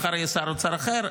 מחר יהיה שר אוצר אחר,